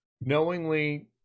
knowingly